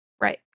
Right